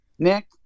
Nick